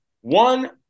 one